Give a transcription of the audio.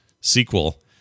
sequel